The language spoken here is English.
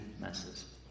messes